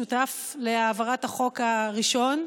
שותף להעברת החוק הראשון.